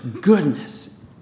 Goodness